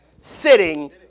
sitting